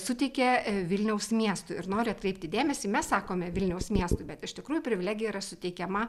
suteikė vilniaus miestui ir noriu atkreipti dėmesį mes sakome vilniaus miestui bet iš tikrųjų privilegija yra suteikiama